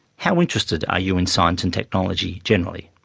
how interested are you in science and technology generally?